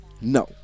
No